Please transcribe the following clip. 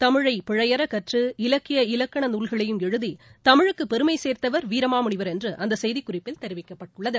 தமிழை பிழையறக் கற்று இலக்கிய இலக்கண நூல்களையும் எழுதி தமிழுக்கு பெருமை சேர்த்தவர் வீரமாமுனிவர் என்று அந்த செய்திக் குறிப்பில் தெரிவிக்கப்பட்டுள்ளது